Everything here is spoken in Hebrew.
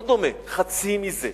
לא דומה, חצי מזה,